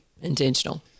Intentional